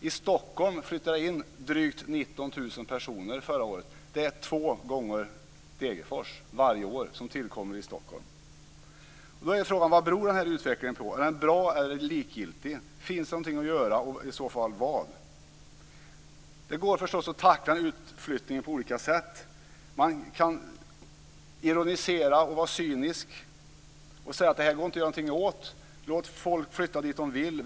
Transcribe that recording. I Stockholm flyttade det in drygt 19 000 personer förra året. Det är två gånger Degerfors invånare som tillkommer i Stockholm. Då är frågan: Vad beror den här utvecklingen på? Är den bra eller likgiltig? Finns det någonting att göra, och i så fall vad? Det går förstås att tackla utflyttningen på olika sätt. Man kan ironisera och vara cynisk och säga: Det här går inte att göra någonting åt. Låt folk flytta dit de vill.